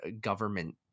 government